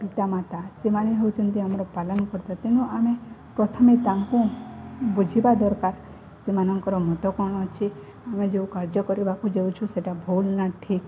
ହର୍ତ୍ତାକର୍ତ୍ତା ସେମାନେ ହେଉଛନ୍ତି ଆମର ପାଳନ କର୍ତ୍ତା ତେଣୁ ଆମେ ପ୍ରଥମେ ତାଙ୍କୁ ବୁଝିବା ଦରକାର ସେମାନଙ୍କର ମତ କ'ଣ ଅଛି ଆମେ ଯେଉଁ କାର୍ଯ୍ୟ କରିବାକୁ ଯାଉଛୁ ସେଇଟା ଭୁଲ ନା ଠିକ୍